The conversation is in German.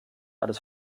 alles